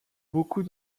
beaucoup